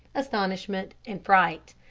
astonishment, and fright.